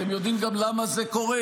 אתם יודעים גם למה זה קורה?